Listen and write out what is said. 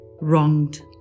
wronged